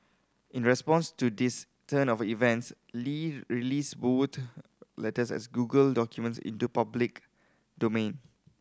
in response to this turn of events Li released both letters as Google documents into public domain